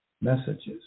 Messages